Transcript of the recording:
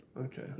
Okay